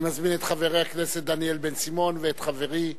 אני מזמין את חבר הכנסת דניאל בן-סימון, ואת חברי,